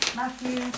matthew